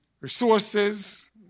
resources